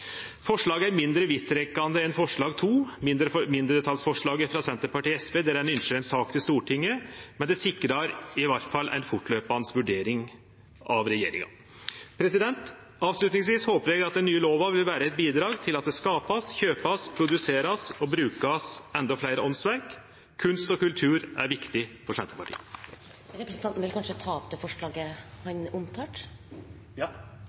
Forslaget er mindre vidtrekkande enn forslag nr. 2 – mindretalsforslaget frå Senterpartiet og SV, der ein ynskjer ei sak til Stortinget – men det sikrar i alle fall ei fortløpande vurdering frå regjeringa. Avslutningsvis håpar eg at den nye loven vil vere eit bidrag til at det vert skapt, kjøpt, produsert og brukt endå fleire åndsverk. Kunst og kultur er viktig for Senterpartiet. Eg tek opp forslaget frå Senterpartiet og SV. Representanten Olav Urbø har tatt opp det forslaget